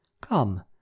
Come